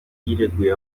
yireguye